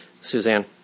Suzanne